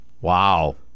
Wow